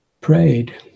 prayed